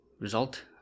result